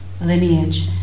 lineage